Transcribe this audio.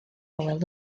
awel